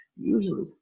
usually